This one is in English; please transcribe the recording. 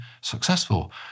successful